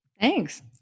Thanks